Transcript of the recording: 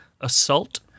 assault